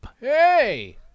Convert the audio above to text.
Hey